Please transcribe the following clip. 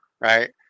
right